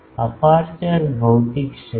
aperture ભૌતિક ક્ષેત્ર